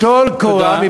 טול קורה, תודה.